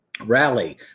Rally